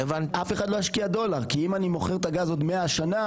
אף אחד לא ישקיע דולר כי אם אני מוכר את הגז עוד 100 שנה,